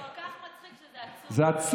זה כל כך מצחיק שזה עצוב.